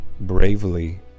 bravely